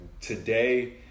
today